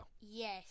Yes